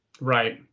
Right